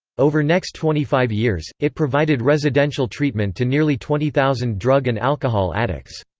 over next twenty five years, it provided residential treatment to nearly twenty thousand drug and alcohol addicts.